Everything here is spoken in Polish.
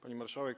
Pani Marszałek!